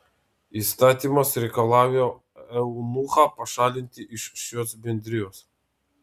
įstatymas reikalauja eunuchą pašalinti iš šios bendrijos